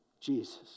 Jesus